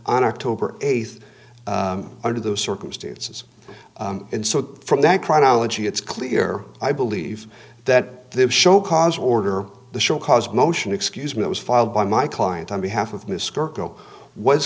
on october eighth under those circumstances and so from that crowd allergy it's clear i believe that the show cause order to show cause motion excuse me it was filed by my client on behalf of